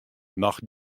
noch